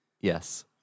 Yes